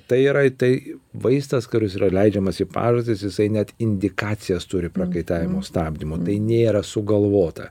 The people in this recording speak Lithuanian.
tai yra tai vaistas kuris yra leidžiamas į pažastis jisai net indikacijas turi prakaitavimo stabdymui tai nėra sugalvota